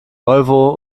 volvo